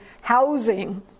housing